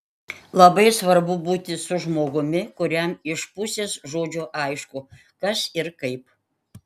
labai svarbu būti su žmogumi kuriam iš pusės žodžio aišku kas ir kaip